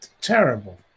terrible